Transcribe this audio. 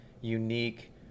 unique